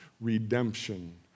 redemption